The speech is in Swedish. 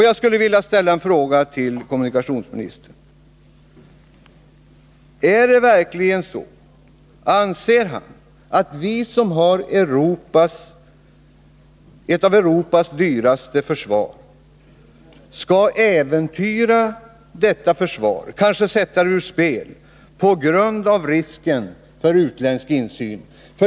Jag skulle vilja ställa en fråga till kommunikationsministern: Anser verkligen kommunikationsministern att vi, som har ett av Europas dyraste försvar, skall äventyra detta försvar, kanske sätta det ur spel, på grund av risken för utländsk insyn?